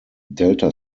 delta